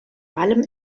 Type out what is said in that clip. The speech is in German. allem